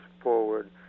forward